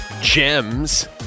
gems